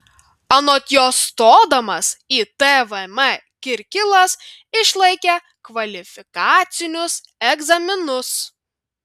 anot jos stodamas į tvm kirkilas išlaikė kvalifikacinius egzaminus